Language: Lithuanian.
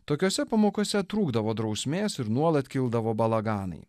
tokiose pamokose trūkdavo drausmės ir nuolat kildavo balaganai